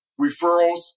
referrals